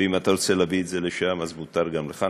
ואם אתה רוצה להביא את זה לשם אז מותר גם לך,